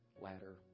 ladder